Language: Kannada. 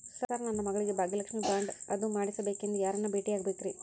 ಸರ್ ನನ್ನ ಮಗಳಿಗೆ ಭಾಗ್ಯಲಕ್ಷ್ಮಿ ಬಾಂಡ್ ಅದು ಮಾಡಿಸಬೇಕೆಂದು ಯಾರನ್ನ ಭೇಟಿಯಾಗಬೇಕ್ರಿ?